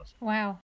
Wow